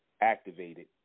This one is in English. activated